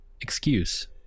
excuse